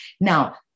Now